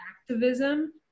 activism